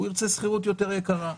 ירצה שכירות יותר יקרה.